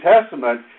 Testament